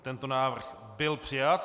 Tento návrh byl přijat.